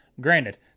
Granted